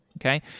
okay